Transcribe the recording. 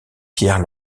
pierre